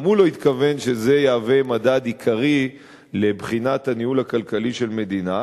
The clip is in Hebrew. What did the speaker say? גם הוא לא התכוון שזה יהווה מדד עיקרי לבחינת הניהול הכלכלי של מדינה,